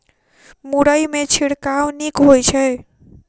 मुरई मे छिड़काव नीक होइ छै?